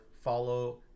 follow